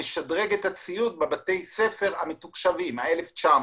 משדרג את הציוד בבתי הספר המתוקשבים, ה-1,900.